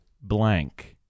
blank